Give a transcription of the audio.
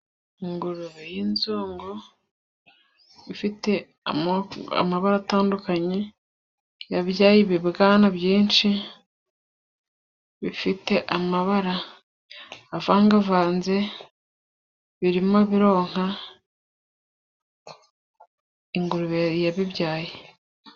Ingurube y'inzungu ifite amabara atandukanye yabyaye ibibwana byinshi bifite amabara avangavanze birimo bironka ingurube yabibyaye.